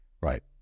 right